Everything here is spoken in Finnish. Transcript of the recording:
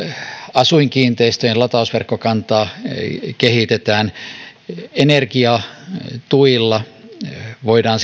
asuinkiinteistöjen latausverkkokantaa kehitetään energiatuilla voidaan